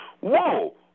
whoa